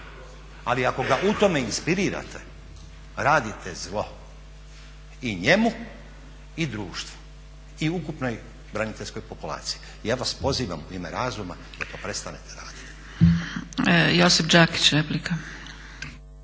Ali ako ga u tome inspirirate radite zlo i njemu i društvu. I ukupnoj braniteljskoj populaciji. I ja vas pozivam u ime razuma da to prestanete raditi.